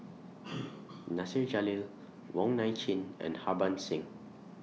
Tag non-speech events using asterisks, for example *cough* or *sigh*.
*noise* Nasir Jalil Wong Nai Chin and Harbans Singh